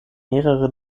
mehrere